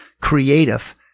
creative